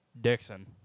Dixon